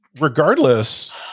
regardless